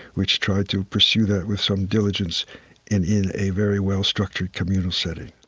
which tried to pursue that with some diligence in in a very well-structured communal setting